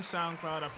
SoundCloud